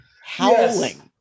howling